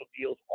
deals